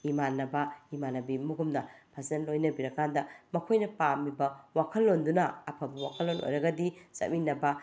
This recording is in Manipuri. ꯏꯃꯥꯟꯅꯕ ꯏꯃꯥꯟꯅꯕꯤ ꯑꯃꯒꯨꯝꯅ ꯐꯖꯅ ꯂꯣꯏꯅꯕꯤꯔꯀꯥꯟꯗ ꯃꯈꯣꯏꯅ ꯄꯥꯝꯃꯤꯕ ꯋꯥꯈꯜꯂꯣꯟꯗꯨꯅ ꯑꯐꯕ ꯋꯥꯈꯜꯂꯣꯟ ꯑꯣꯏꯔꯒꯗꯤ ꯆꯠꯃꯤꯟꯅꯕ